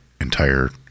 entire